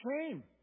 shame